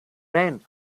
ran